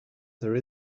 there